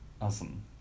Awesome